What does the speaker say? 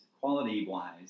quality-wise